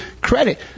credit